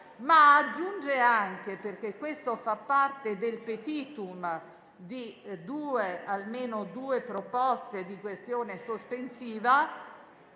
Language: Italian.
Aggiunge inoltre, perché questo fa parte del *petitum* di almeno due proposte di questione sospensiva,